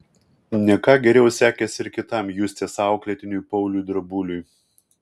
ne ką geriau sekėsi ir kitam justės auklėtiniui pauliui drabuliui